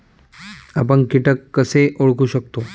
आपण कीटक कसे ओळखू शकतो?